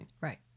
right